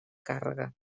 càrrega